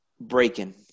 breaking